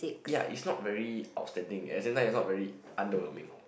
ya it's not very outstanding at the same time it's not very underwhelming